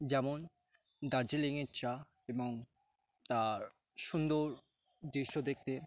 যেমন দার্জিলিংয়ের চা এবং তার সুন্দর দৃশ্য দেখতে